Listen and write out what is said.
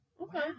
Okay